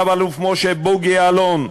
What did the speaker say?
רב-אלוף משה בוגי יעלון,